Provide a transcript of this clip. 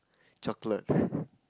chocolate